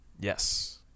Yes